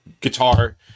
guitar